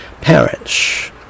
parents